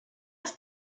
ist